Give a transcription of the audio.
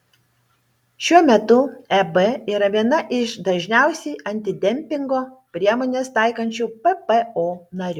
šiuo metu eb yra viena iš dažniausiai antidempingo priemones taikančių ppo narių